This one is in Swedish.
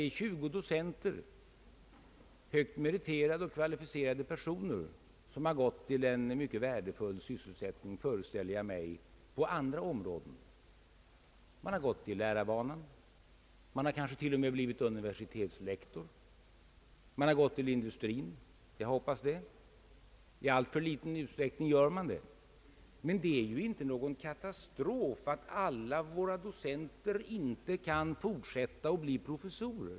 Jo, 20 docenter, högt meriterade och kvalificerade personer, har gått till en mycket värdefull sysselsättning, föreställer jag mig, på andra områden. De har gått till lärarbanor, någon har kanske till och med blivit universitetslektor, andra har gått till industrien — jag hoppas det, ty man gör det i allt för liten utsträckning. Men det är inte någon katastrof att inte alla våra docenter kan fortsätta och bli professorer.